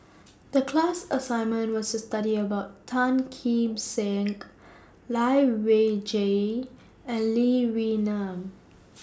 The class assignment was to study about Tan Kim Seng Lai Weijie and Lee Wee Nam